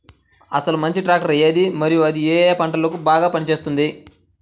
అసలు మంచి ట్రాక్టర్ ఏది మరియు అది ఏ ఏ పంటలకు బాగా పని చేస్తుంది?